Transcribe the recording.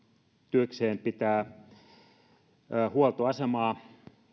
työkseen pitää huoltoasemaa